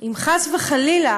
וחלילה